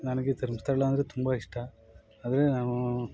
ನನಗೆ ಧರ್ಮಸ್ಥಳ ಅಂದರೆ ತುಂಬ ಇಷ್ಟ ಆದರೆ ನಾನೂ